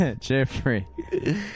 Jeffrey